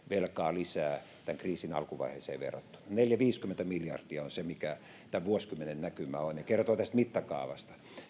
velkaa lisää tämän kriisin alkuvaiheeseen verrattuna neljäkymmentä viiva viisikymmentä miljardia on se mikä tämän vuosikymmenen näkymä on ja se kertoo tästä mittakaavasta